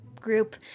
group